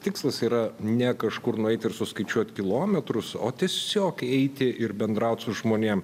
tikslas yra ne kažkur nueit ir suskaičiuot kilometrus o tiesiog eiti ir bendraut su žmonėm